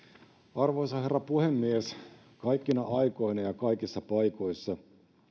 arvoisa herra puhemies kaikkina aikoina ja kaikissa paikoissa